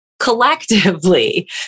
collectively